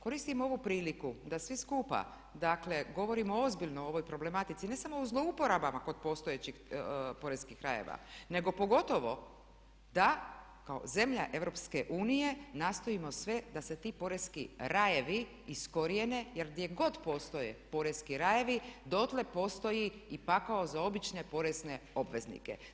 Koristim ovu priliku da svi skupa dakle govorimo ozbiljno o ovoj problematici, ne samo o zlouporabama kod postojećih poreskih rajeva nego pogotovo da kao zemlja EU nastojimo sve da se ti poreski rajevi iskorijene jer gdje god postoje poreski rajevi dotle postoji i pakao za obične porezne obveznike.